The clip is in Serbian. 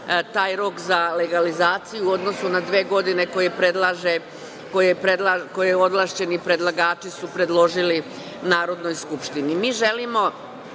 taj rok za legalizaciju u odnosu na dve godine koje su ovlašćeni predlagači predložili Narodnoj skupštini. Mi